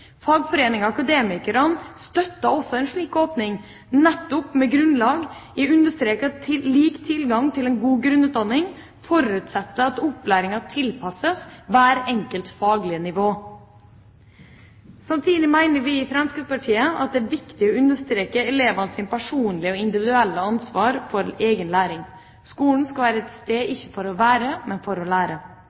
Fagforeninga Akademikerne støtter også en slik åpning, nettopp med grunnlag i en understrekning av at lik tilgang til god grunnutdanning forutsetter at opplæringa tilpasses hver enkelts faglige nivå. Samtidig mener vi i Fremskrittspartiet at det er viktig å understreke elevenes personlige og individuelle ansvar for egen læring. Skolen skal være et sted ikke for å være, men for å lære.